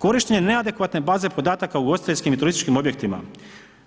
Korištenje neadekvatne baze podataka u ugostiteljskim i turističkim objektima,